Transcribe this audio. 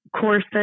courses